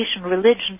religion